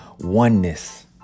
oneness